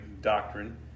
doctrine